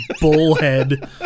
bullhead